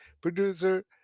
Producer